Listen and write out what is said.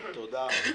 תודה, חזי.